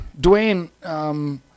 Dwayne